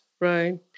Right